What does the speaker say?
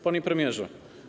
Panie Premierze!